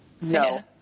No